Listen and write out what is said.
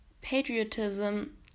patriotism